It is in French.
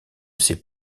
ces